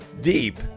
deep